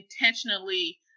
intentionally